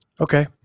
Okay